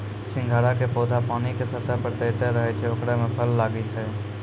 सिंघाड़ा के पौधा पानी के सतह पर तैरते रहै छै ओकरे मॅ फल लागै छै